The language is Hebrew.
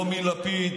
לא מלפיד,